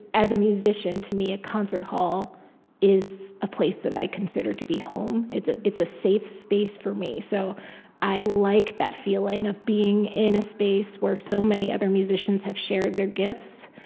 as a musician, to me, a concert hall is a place that i consider to be home. it's a it's a safe space, for me. so i like that feeling of being in a space where so many other musicians have shared their gifts.